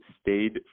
stayed